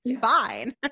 fine